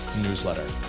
newsletter